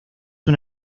una